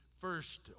First